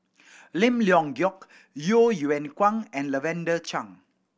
Lim Leong Geok Yeo Yeow Kwang and Lavender Chang